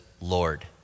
Lord